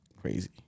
crazy